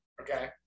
Okay